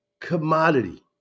commodity